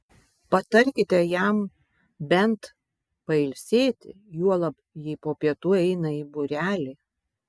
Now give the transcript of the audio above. patarkite jam bent pailsėti juolab jei po pietų eina į būrelį